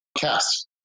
Cast